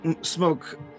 smoke